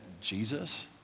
Jesus